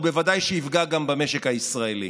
ובוודאי שיפגע גם במשק הישראלי.